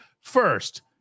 First